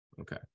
Okay